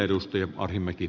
arvoisa puhemies